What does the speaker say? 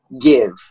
give